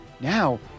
Now